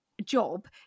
Job